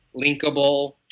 linkable